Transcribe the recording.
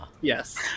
Yes